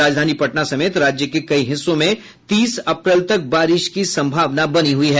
राजधानी पटना समेत राज्य के कई हिस्सों में तीस अप्रैल तक बारिश की संभावना बनी हुई है